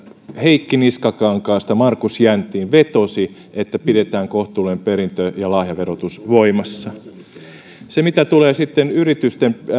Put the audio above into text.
heikki niskakankaasta markus jänttiin vetosi uudelle hallitukselle että pidetään kohtuullinen perintö ja lahjaverotus voimassa mitä tulee sitten yritysten